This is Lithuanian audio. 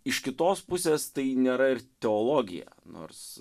iš kitos pusės tai nėra ir teologija nors